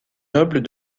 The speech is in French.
nobles